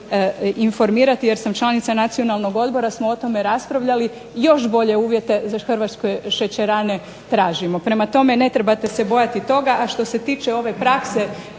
informirati jer sam članica Nacionalnog odbora smo o tome raspravljali, još bolje uvjete za hrvatske šećerane tražimo. Prema tome ne trebate se bojati toga. A što se tiče ove prakse